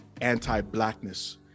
anti-blackness